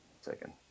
second